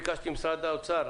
ביקשתי ממשרד האוצר,